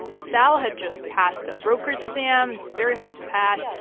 sal had just passed a broker's exam. it's very hard to pass.